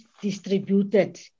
distributed